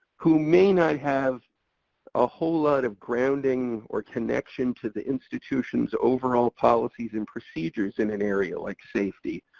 who may not have a whole lot of grounding or connection to the institution's overall policies and procedures in an area like safety,